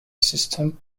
system